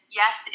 yes